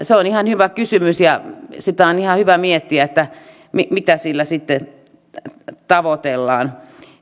se on ihan hyvä kysymys ja sitä on ihan hyvä miettiä mitä sillä sitten tavoitellaan